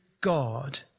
God